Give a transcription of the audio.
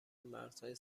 مرزهای